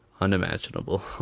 unimaginable